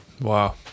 Wow